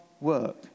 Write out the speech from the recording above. work